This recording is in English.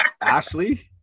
ashley